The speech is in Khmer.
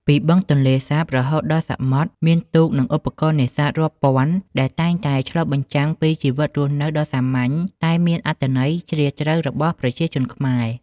ពីបឹងទន្លេសាបរហូតដល់សមុទ្រ មានទូក និងឧបករណ៍នេសាទរាប់ពាន់ដែលតែងតែឆ្លុះបញ្ចាំងពីជីវិតរស់នៅដ៏សាមញ្ញ តែមានអត្ថន័យជ្រាលជ្រៅរបស់ប្រជាជនខ្មែរ។